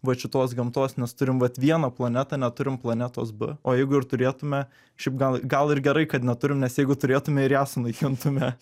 va šitos gamtos nes turim vat vieną planetą neturim planetos o jeigu ir turėtume šiaip gal gal ir gerai kad neturim nes jeigu turėtume ir ją sunaikintume